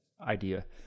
idea